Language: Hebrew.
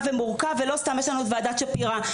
ומורכב ולא סתם יש לנו את ועדת שפירא.